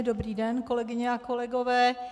Dobrý den kolegyně a kolegové.